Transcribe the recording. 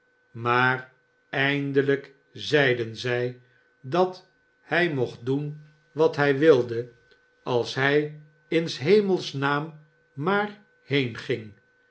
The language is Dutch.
maar eindelijk zeiden zij dat hij mocht doen wat hij wilde als hij in s hemels naam maar